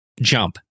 jump